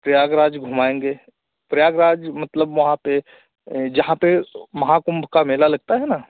प्रयागराज घुमाएँगे प्रयागराज मतलब वहाँ पर जहाँ पर महाकुंभ का मेला लगता है ना